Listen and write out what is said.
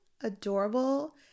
adorable